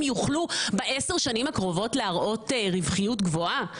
יוכלו בעשר שנים הקרובות להראות רווחיות גבוהה?